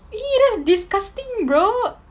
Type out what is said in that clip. !ee! that's disgusting bro